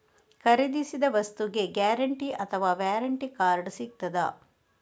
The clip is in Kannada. ಖರೀದಿಸಿದ ವಸ್ತುಗೆ ಗ್ಯಾರಂಟಿ ಅಥವಾ ವ್ಯಾರಂಟಿ ಕಾರ್ಡ್ ಸಿಕ್ತಾದ?